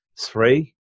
Three